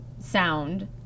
sound